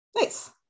nice